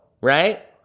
Right